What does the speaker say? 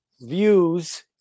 views